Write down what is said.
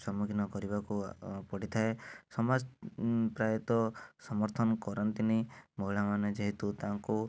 ସମ୍ମୁଖୀନ କରିବାକୁ ପଡ଼ିଥାଏ ସମାଜ ପ୍ରାୟତଃ ସମର୍ଥନ କରନ୍ତିନି ମହିଳାମାନେ ଯେହେତୁ ତାଙ୍କୁ